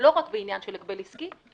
ולא רק בעניין של הגבל עסקי,